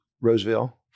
Roseville